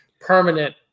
permanent